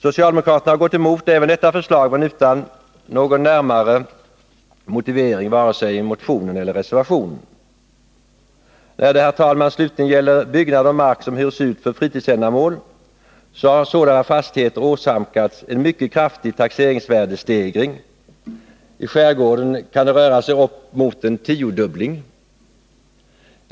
Socialdemokraterna har gått emot även detta förslag men utan någon närmare motivering vare sig i motionen eller i reservationen. Byggnader och mark som hyrs ut för fritidsändamål har åsamkats en mycket kraftig taxeringsvärdesstegring. I skärgården kan det röra sig om en tiodubbling.